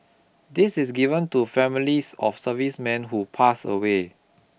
this is given to families of servicemen who pass away